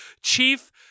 Chief